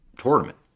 tournament